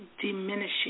diminishing